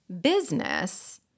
business